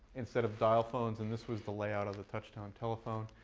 instead of dial tones. and this was the layout of the touch-tone telephone.